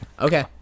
Okay